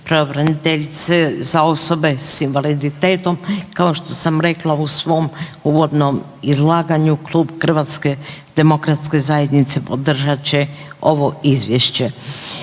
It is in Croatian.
pravobraniteljice za osobe s invaliditetom, kao što sam rekla u svom uvodnom izlaganju, Klub HDZ-a podržat će ovo Izvješće.